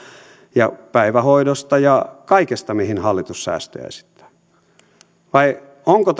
ja päivähoidosta ja kaikesta mihin hallitus säästöjä esittää vai onko